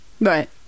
right